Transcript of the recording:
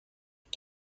وقت